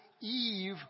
Eve